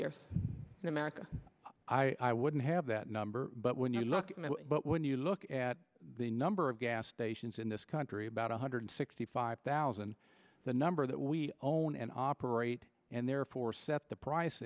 years in america i wouldn't have that number but when you look but when you look at the number of gas stations in this country about one hundred sixty five thousand the number that we own and operate and therefore set the price